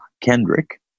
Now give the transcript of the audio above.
Kendrick